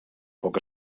poc